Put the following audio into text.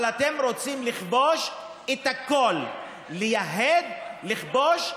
אבל אתם רוצים לכבוש את הכול, לייהד, לכבוש.